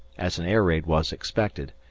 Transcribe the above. as an air-raid was expected,